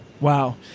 Wow